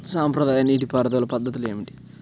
సాంప్రదాయ నీటి పారుదల పద్ధతులు ఏమిటి?